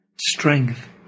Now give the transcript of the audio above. strength